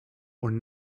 und